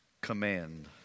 command